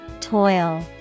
Toil